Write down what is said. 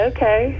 Okay